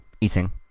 eating